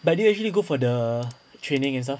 but do you actually go for the training and stuff